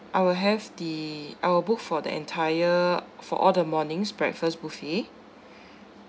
I will have the I will book for the entire for all the morning's breakfast buffet